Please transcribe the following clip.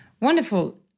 Wonderful